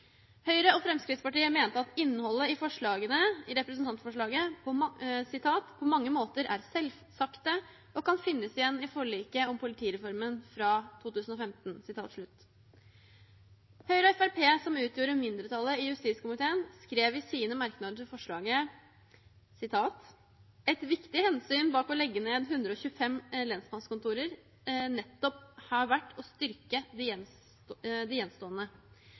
innholdet i forslagene i representantforslaget «på mange måter er selvsagt og kan finnes igjen i forliket om nærpolitireformen fra 2015». Høyre og Fremskrittspartiet, som utgjorde mindretallet i justiskomiteen, skrev i sine merknader til forslaget: «…et viktig hensyn bak å legge ned 125 lensmannskontorer nettopp har vært å styrke de